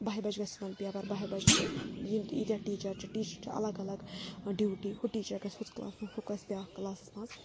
بَہہِ بَجہِ گَژھِ یِمَن پیپَر بَہہِ بَجہِ چھُ یِم تہِ ییٖتیٛاہ ٹیٖچَر چھِ ٹیٖچَر چھِ اَلَگ اَلَگ ڈیوٗٹی ہُہ ٹیٖچَر گژھِ ہُتھ کَلاسَس ہُہ گژھِ بیٛاکھ کٕلاسَس منٛز